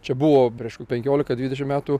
čia buvo prieš kok penkiolika dvidešim metų